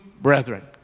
brethren